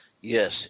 Yes